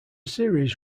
series